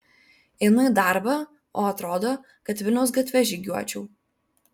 einu į darbą o atrodo kad vilniaus gatve žygiuočiau